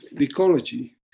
ecology